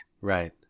Right